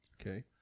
Okay